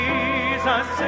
Jesus